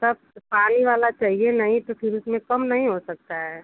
तब तो पानी वाला चहिए नहीं तो फिर उसमें कम नहीं हो सकता है